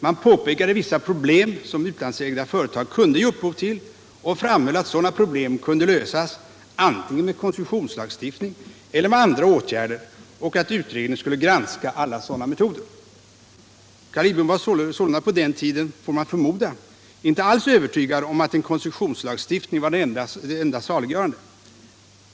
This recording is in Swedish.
Man pekade på vissa problem som utlandsägda företag kunde ge upphov till och framhöll att sådana problem kunde lösas antingen med koncessionslagstiftning eller med andra åtgärder och att utredningen skulle granska alla sådana metoder. Carl Lidbom var sålunda på den tiden, får man förmoda, inte alls övertygad om att en koncessionslagstiftning var det enda saliggörande.